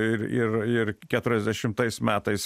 ir ir ir keturiasdešimtais metais